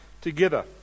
together